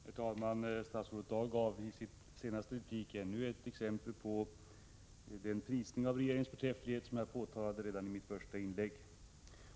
Herr talman! Statsrådet Dahl gav i sin senaste replik ännu ett exempel på den lovprisning av regeringens förträfflighet som jag påtalade redan i mitt första inlägg.